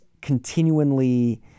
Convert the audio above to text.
continually